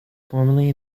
formerly